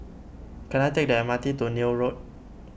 can I take the M R T to Neil Road